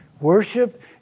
Worship